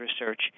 research